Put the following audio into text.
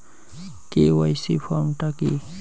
KYC form টা কি?